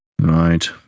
Right